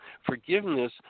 forgiveness